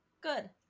Good